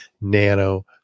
nano